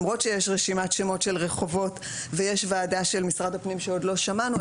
למרות שיש רשימת שמות של רחובות ויש ועדה של משרד הפנים שעוד לא שמענו,